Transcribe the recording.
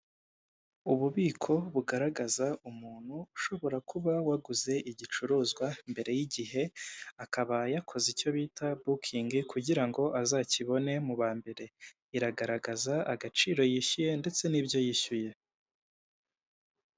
Ububiko bugaragaza umuntu ushobora kuba waguze igicuruzwa mbere y'igihe akaba yakoze icyo bita bukingi kugira ngo azakibone mu ba mbere iragaragaza agaciro yishyuye ndetse n'ibyo yishyuye.